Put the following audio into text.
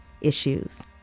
issues